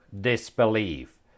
disbelief